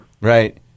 Right